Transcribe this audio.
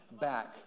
back